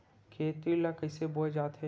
खेती ला कइसे बोय जाथे?